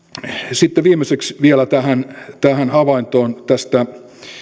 sitten viimeiseksi vielä tähän tähän havaintoon tästä